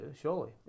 surely